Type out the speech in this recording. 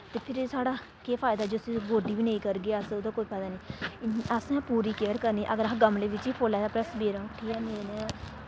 ते फिर एह् साढ़ा केह् फायदा जे उस्सी गोड्डी बी नेईं करगे अस ओह्दा कोई फायदा निं असें पूरी केयर करनी अगर असें गमले बिच्च फुल्ल लाए दे अपने सवेरै उट्ठियै न्हेरै नै